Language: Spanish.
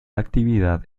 actividad